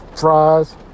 fries